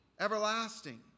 Everlasting